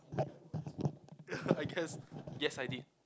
I guess yes I did